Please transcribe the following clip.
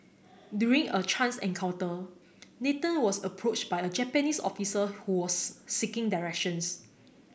during a chance encounter Nathan was approached by a Japanese officer who was seeking directions